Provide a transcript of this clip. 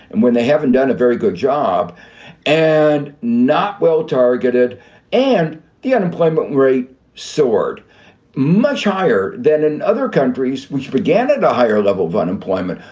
and when they haven't done a very good job and not well targeted and the unemployment rate soared much higher than in other countries, which began at a higher level of unemployment,